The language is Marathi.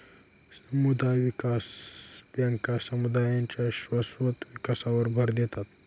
समुदाय विकास बँका समुदायांच्या शाश्वत विकासावर भर देतात